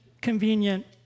convenient